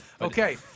Okay